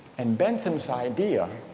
and bentham's idea,